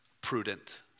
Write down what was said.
prudent